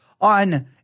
on